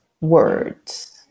words